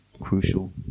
crucial